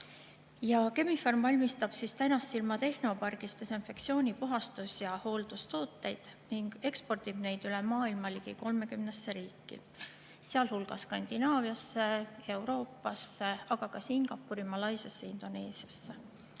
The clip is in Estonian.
Chemi-Pharm valmistab Tänassilma tehnopargis desinfektsiooni-, puhastus- ja hooldustooteid ning ekspordib neid üle maailma ligi 30 riiki, sealhulgas Skandinaaviasse ja mujale Euroopasse, aga ka Singapuri, Malaisiasse ja Indoneesiasse.